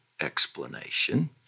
explanation